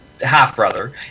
half-brother